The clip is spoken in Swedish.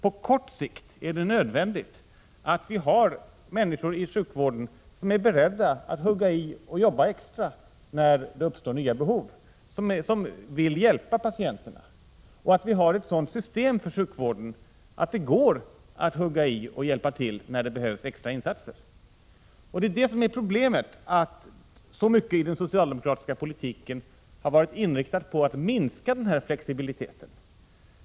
På kort sikt är det nödvändigt att vi har människor i sjukvården som är beredda att hugga i och jobba extra, när det uppstår nya behov, människor som vill hjälpa patienterna. Det är nödvändigt att vi har ett sådant system för sjukvården att det går att hugga i och hjälpa till när det behövs extra insatser. Problemet är att så mycket i den socialdemokratiska politiken har varit inriktat på att minska flexibiliteten.